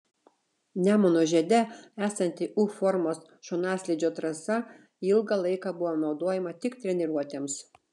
nemuno žiede esanti u formos šonaslydžio trasa ilgą laiką buvo naudojama tik treniruotėms